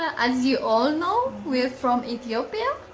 as you all know, we're from ethiopia.